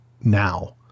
now